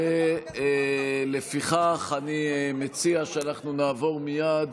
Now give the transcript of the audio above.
לפיכך, אני מציע שנעבור מייד